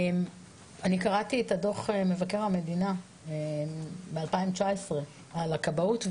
אני קראתי את דו"ח מבקר המדינה ב-2019 על הכבאות,